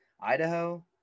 idaho